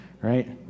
right